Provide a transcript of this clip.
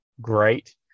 great